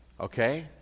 okay